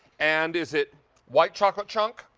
and is it white chocolate chunk?